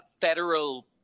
Federal